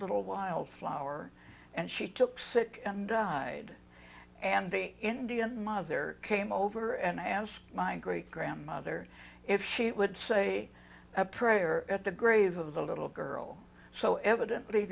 little wild flower and she took sick and died and the indian mother came over and i asked my great grandmother if she would say a prayer at the grave of the little girl so evidently